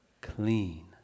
clean